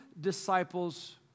disciples